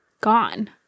gone